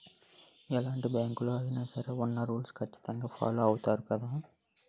ఎలాంటి బ్యాంకులలో అయినా సరే ఉన్న రూల్స్ ఖచ్చితంగా ఫాలో అవుతారు గదా